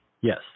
Yes